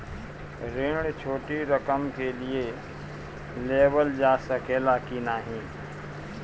ऋण छोटी रकम के लिए लेवल जा सकेला की नाहीं?